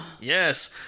yes